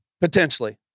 potentially